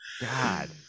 God